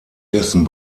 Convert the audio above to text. dessen